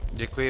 Děkuji.